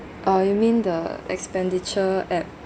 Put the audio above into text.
oh you mean the expenditure app